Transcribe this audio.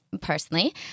personally